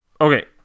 Okay